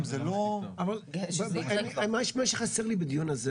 מה שחסר לי בדיון הזה,